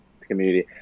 community